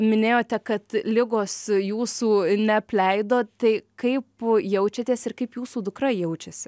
minėjote kad ligos jūsų neapleido tai kaip jaučiatės ir kaip jūsų dukra jaučiasi